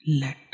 Let